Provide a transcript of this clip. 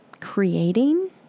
creating